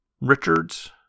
Richards